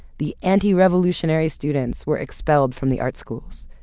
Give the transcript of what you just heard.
the anti-revolutionary students were expelled from the art schools.